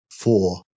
Four